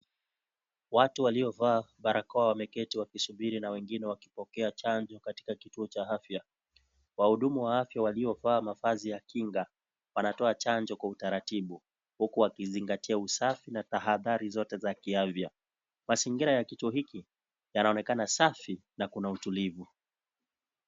Watu waliovaa barakoa wameketi wakisubiri na wengine wanapokea chanjo katika kituo cha afya. Waudumu wa afya waliovaa mavazi ya kinga wanatoa chanjo kwa utaratibu huku wakizingatia usafi na tahadhari zote za kiafya. Mazingira ya kituo hiki yanaonekana safi na kuna utulivu.